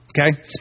Okay